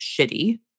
shitty